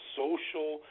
social